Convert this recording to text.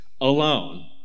alone